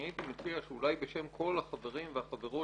ואני מציע שאולי בשם כל החברים והחברות